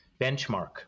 benchmark